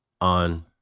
on